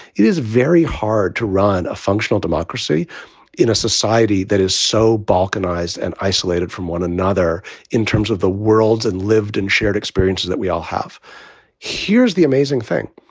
it is very hard to run a functional democracy in a society that is so balkanized and isolated from one another in terms of the worlds and lived and shared experiences that we all have here's the amazing thing.